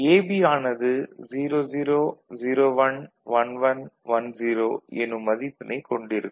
AB ஆனது 00 01 11 10 எனும் மதிப்பினைக் கொண்டிருக்கும்